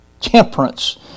temperance